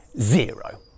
zero